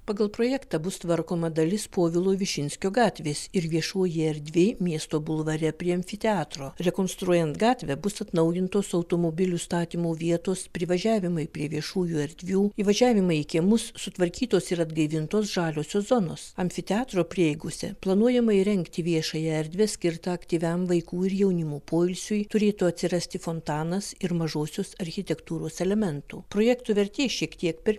pagal projektą bus tvarkoma dalis povilo višinskio gatvės ir viešoji erdvė miesto bulvare prie amfiteatro rekonstruojant gatvę bus atnaujintos automobilių statymo vietos privažiavimai prie viešųjų erdvių įvažiavimai į kiemus sutvarkytos ir atgaivintos žaliosios zonos amfiteatro prieigose planuojama įrengti viešąją erdvę skirtą aktyviam vaikų ir jaunimo poilsiui turėtų atsirasti fontanas ir mažosios architektūros elementų projektų vertė šiek tiek per